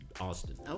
Austin